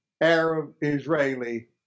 Arab-Israeli